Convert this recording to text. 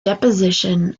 deposition